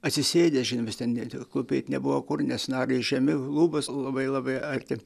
atsisėdęs žinomis ten ne klūpėt nebuvo kur nes nagai žemi lubos labai labai arti